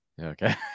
Okay